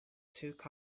took